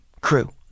crew